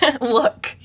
Look